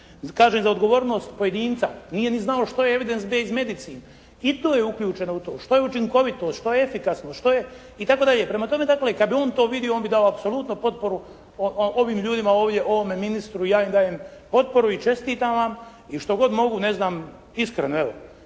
kažem za odgovornost pojedinca, nije ni znao što je evidence base medicine i to je uključeno u to. Što je učinkovitost, što je efikasnost, što je itd. Prema tome dakle kada bi on to vidio on bi dao apsolutno potporu ovim ljudima ovdje, ovome ministru i ja im dajem potporu i čestitam vam i što god mogu ne znam, iskreno evo,